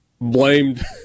blamed